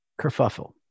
kerfuffle